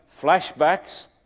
flashbacks